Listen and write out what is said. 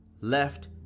left